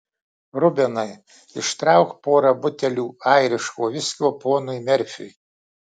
rubenai ištrauk porą butelių airiško viskio ponui merfiui